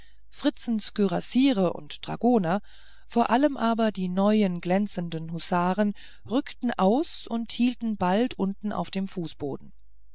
fritzens kürassiere und dragoner vor allen dingen aber die neuen glänzenden husaren rückten aus und hielten bald unten auf dem fußboden